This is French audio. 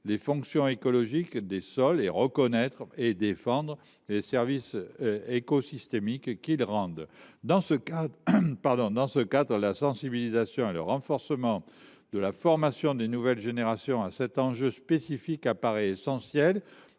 les fonctions écologiques des sols, mais aussi reconnaître et défendre les services écosystémiques qu’ils rendent. La sensibilisation et le renforcement de la formation des nouvelles générations à cet enjeu spécifique apparaissent essentiels